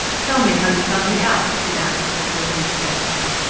tell me how you found me out? he asked, after a brief pause.